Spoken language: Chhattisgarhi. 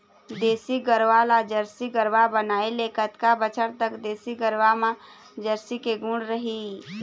देसी गरवा ला जरसी गरवा बनाए ले कतका बछर तक देसी गरवा मा जरसी के गुण रही?